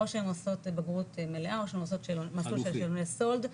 או שהן עושות בגרות מלאה או שהן עושות מסלול של שאלוני סולד.